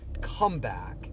comeback